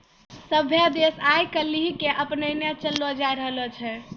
सभ्भे देश आइ काल्हि के अपनैने चललो जाय रहलो छै